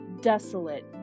desolate